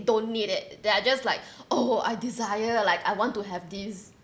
don't need it they are just like oh I desire like I want to have this